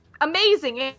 amazing